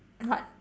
what